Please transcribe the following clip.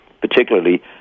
particularly